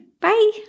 Bye